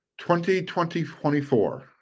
2024